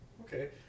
okay